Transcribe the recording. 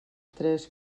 tres